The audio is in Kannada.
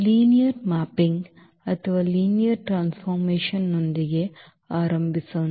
ಲೀನಿಯರ್ ಮ್ಯಾಪಿಂಗ್ ಅಥವಾ ಲೀನಿಯರ್ ಟ್ರಾನ್ಸ್ಫಾರ್ಮೇಶನ್ನೊಂದಿಗೆ ಆರಂಭಿಸೋಣ